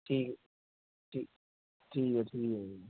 ਠੀਕ ਠੀ ਠੀਕ ਆ ਠੀਕ ਆ ਜੀ